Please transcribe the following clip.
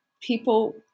people